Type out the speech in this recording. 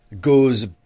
Goes